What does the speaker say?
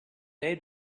they